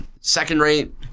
second-rate